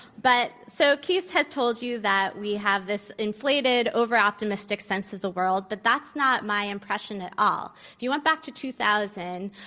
but so keith has told you that we have this inflated, overoptimistic sense of the world. but that's not my impression at all. if you went back to two thousand,